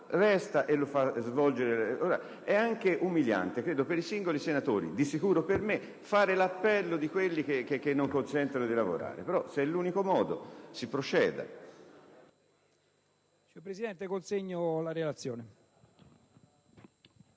il suo intervento. È anche umiliante per i singoli senatori, di sicuro per me, fare l'appello di quelli che non consentono di lavorare. Però, se è l'unico modo, si procederà